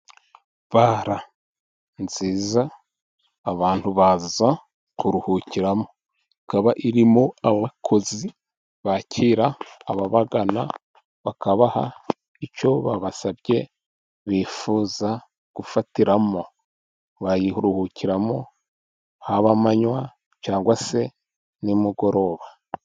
Bara nziza abantu baza kuruhukiramo, ikaba irimo abakozi bakira ababagana, bakabaha icyo babasabye bifuza gufatiramo, bayiruhukiramo haba amanywa cyangwa se nimugoroba.